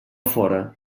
fora